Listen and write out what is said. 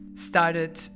started